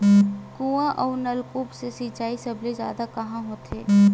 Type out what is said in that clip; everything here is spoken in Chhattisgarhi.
कुआं अउ नलकूप से सिंचाई सबले जादा कहां होथे?